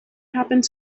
happened